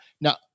Now